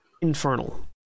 infernal